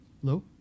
Hello